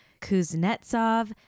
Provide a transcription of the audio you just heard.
Kuznetsov